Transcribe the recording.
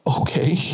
okay